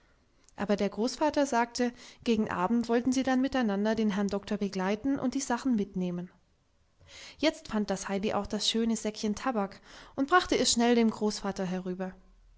aber der großvater sagte gegen abend wollten sie dann miteinander den herrn doktor begleiten und die sachen mitnehmen jetzt fand das heidi auch das schöne säckchen tabak und brachte es schnell dem großvater herüber